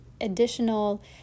additional